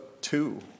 two